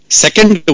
second